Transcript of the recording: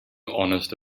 honest